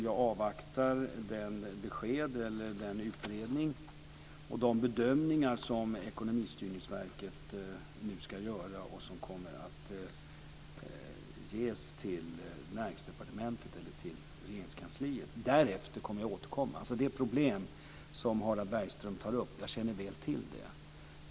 Jag avvaktar den utredningen och de bedömningar som Ekonomistyrningsverket nu ska göra och som kommer att lämnas över till Regeringskansliet. Därefter ska jag återkomma. Jag känner väl till det problem som Harald Bergström tar upp.